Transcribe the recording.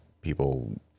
people